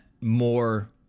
more